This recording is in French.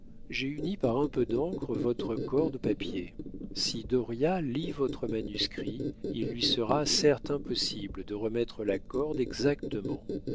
uni par un peu d'encre votre corde au papier si dauriat lit votre manuscrit il lui sera certes impossible de remettre la corde exactement